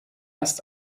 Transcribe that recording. ist